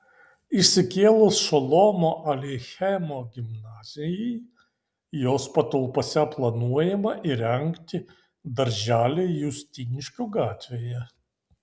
išsikėlus šolomo aleichemo gimnazijai jos patalpose planuojama įrengti darželį justiniškių gatvėje